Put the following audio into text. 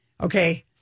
Okay